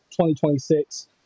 2026